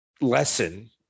lesson